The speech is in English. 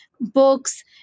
books